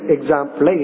Example